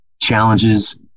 challenges